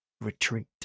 retreat